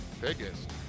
Biggest